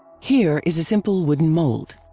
here is a simple wooden mold.